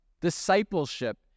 Discipleship